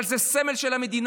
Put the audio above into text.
אבל זה סמל של המדינה,